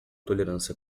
tolerância